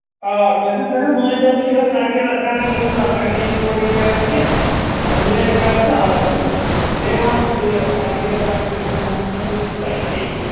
آ کٲشِرۍ پٲٹھۍ مٲنۍتو تُہۍ یِہَے سَڑکہِ رَژھِ ہنا گٔژھٮ۪س آسٕنۍ اَگر لِنک روڈ ییٚتہِ آسہِ أنٛدرٕے تہِ آسہِ آسُن گوٚژھ تہٕ بیٚیہِ وَنتَم یہِ تقریٖبَن تقریٖبَن وَن تہٕ ژٕ مےٚ کۭتِس تانۍ پیٚیہِ یہِ